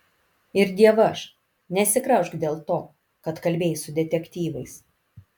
ir dievaž nesigraužk dėl to kad kalbėjai su detektyvais